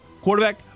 quarterback